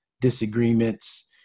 disagreements